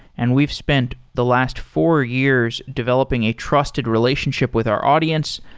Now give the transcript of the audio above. and we've spent the last four years developing a trusted relationship with our audience.